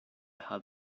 heard